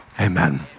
Amen